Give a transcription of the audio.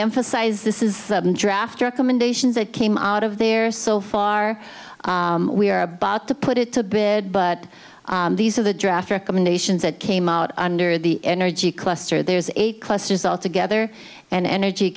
emphasize this is the draft recommendations that came out of there so far we are about to put it to bed but these are the draft recommendations that came out under the energy cluster there's eight clusters all together and energy